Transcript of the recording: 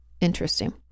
Interesting